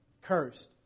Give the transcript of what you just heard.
Cursed